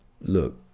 look